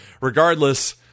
regardless